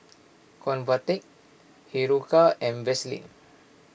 Convatec Hiruscar and Vaselin